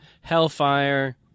hellfire